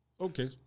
Okay